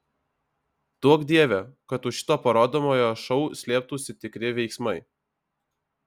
duok dieve kad už šito parodomojo šou slėptųsi tikri veiksmai